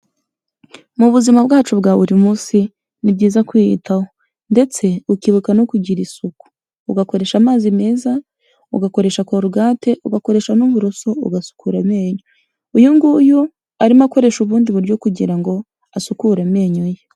Mu buzima bwacu bwa buri munsi ni byiza kwiyitaho ndetse ukibuka no kugira isuku, ugakoresha amazi meza, ugakoresha korogate, ugakoresha n'uburoso ugasukura amenyo, uyu nguyu arimo akoresha ubundi buryo kugira ngo asukure amenyo ye.